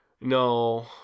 No